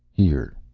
here.